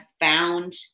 found